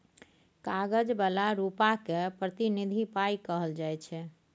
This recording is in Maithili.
कागज बला रुपा केँ प्रतिनिधि पाइ कहल जाइ छै